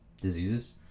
diseases